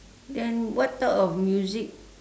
then what type of music